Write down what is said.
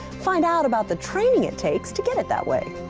find out about the training it takes to get it that way.